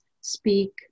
speak